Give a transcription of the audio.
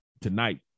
tonight